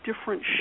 different